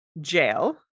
jail